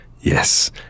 Yes